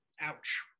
Ouch